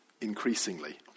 increasingly